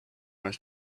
must